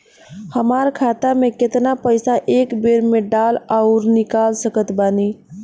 हमार खाता मे केतना पईसा एक बेर मे डाल आऊर निकाल सकत बानी?